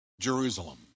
Jerusalem